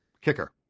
kicker